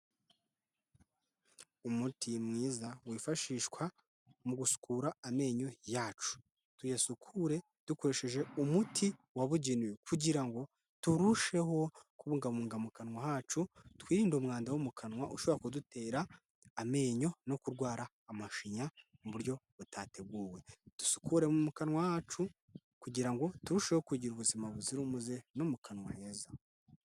Umuti mwiza wifashishwa mu gusukura amenyo yacu. Tuyasukure dukoresheje umuti wabugenewe kugira ngo turusheho kubungabunga mu kanwa hacu, twirinde umwanda wo mu kanwa ushobora kudutera amenyo no kurwara amashinya mu buryo butateguwe. Dusukure mu kanwa hacu kugira ngo turusheho kugira ubuzima buzira umuze no mu kanwa heza.